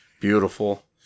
Beautiful